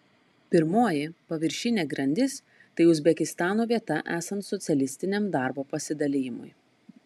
pirmoji paviršinė grandis tai uzbekistano vieta esant socialistiniam darbo pasidalijimui